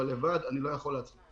אבל לבד אני לא יכול לעשות את זה.